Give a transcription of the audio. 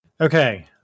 Okay